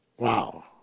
Wow